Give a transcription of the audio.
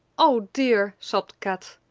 oh dear, sobbed kat,